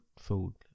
food